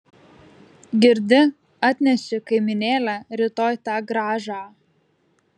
girdi atneši kaimynėle rytoj tą grąžą